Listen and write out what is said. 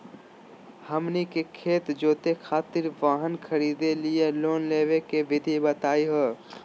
हमनी के खेत जोते खातीर वाहन खरीदे लिये लोन लेवे के विधि बताही हो?